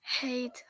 hate